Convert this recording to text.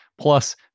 Plus